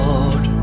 Lord